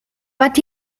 but